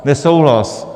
Nesouhlas.